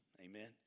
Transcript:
Amen